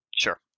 Sure